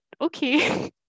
Okay